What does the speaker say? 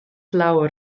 lawer